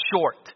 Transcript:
short